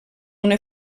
una